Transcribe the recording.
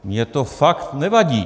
Mně to fakt nevadí.